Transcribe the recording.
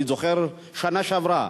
אני זוכר שבשנה שעברה,